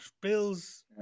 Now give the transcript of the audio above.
Bills